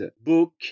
book